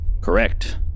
Correct